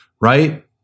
right